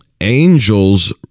Angels